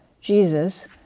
Jesus